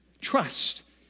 Trust